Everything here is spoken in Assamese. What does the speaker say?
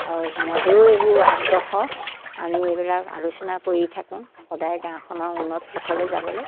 আৰু সিহঁতেও এইবোৰ আগ্ৰহ আমি এইবিলাক আলোচনা কৰি থাকোঁ সদায় গাঁওখনৰ উন্নত পথলৈ যাবলৈ